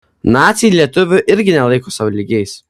naciai lietuvių irgi nelaiko sau lygiais